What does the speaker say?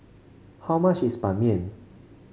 how much is Ban Mian